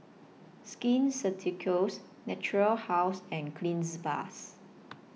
Skin Ceuticals Natura House and Cleanz Plus